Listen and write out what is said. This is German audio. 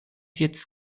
jetzt